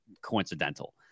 coincidental